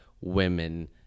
women